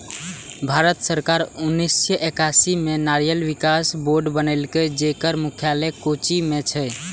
भारत सरकार उन्नेस सय एकासी मे नारियल विकास बोर्ड बनेलकै, जेकर मुख्यालय कोच्चि मे छै